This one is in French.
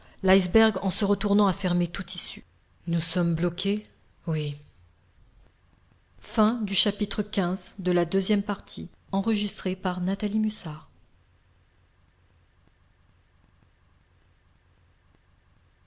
l'iceberg en se retournant a fermé toute issue nous sommes bloqués oui